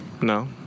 No